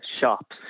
shops